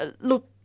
look